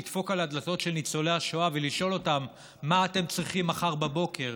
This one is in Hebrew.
לדפוק על הדלתות של ניצולי השואה ולשאול אותם: מה אתם צריכים מחר בבוקר?